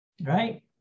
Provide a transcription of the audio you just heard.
right